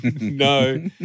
no